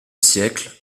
siècle